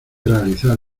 realizar